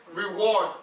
reward